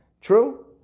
True